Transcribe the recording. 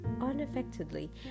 unaffectedly